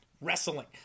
Wrestling